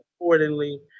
accordingly